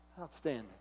Outstanding